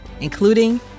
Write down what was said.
including